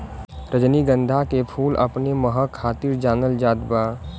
रजनीगंधा के फूल अपने महक खातिर जानल जात बा